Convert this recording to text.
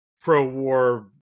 pro-war